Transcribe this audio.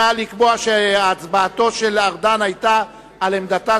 נא לקבוע שהצבעתו של ארדן היתה מעמדתה